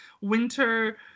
winter